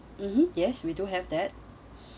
mmhmm yes we do have that